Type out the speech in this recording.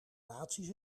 naties